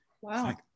Wow